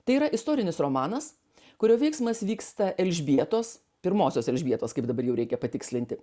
tai yra istorinis romanas kurio veiksmas vyksta elžbietos pirmosios elžbietos kaip dabar jau reikia patikslinti